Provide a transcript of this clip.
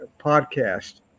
podcast